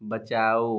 बचाओ